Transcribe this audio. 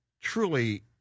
truly